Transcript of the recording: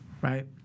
Right